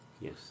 Yes